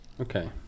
Okay